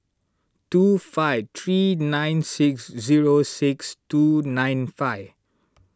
two five three nine six zero six two nine five